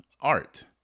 art